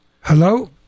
Hello